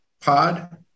pod